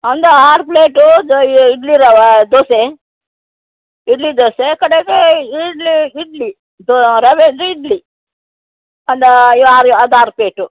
ಒಂದು ಆರು ಪ್ಲೇಟೂ ಇಡ್ಲಿ ರವೆ ದೋಸೆ ಇಡ್ಲಿ ದೋಸೆ ಕಡೆಗೆ ಇಡ್ಲಿ ಇಡ್ಲಿ ದೋ ರವೆದು ಇಡ್ಲಿ ಒಂದು ಯೋ ಆರು ಅದು ಆರು ಪ್ಲೇಟು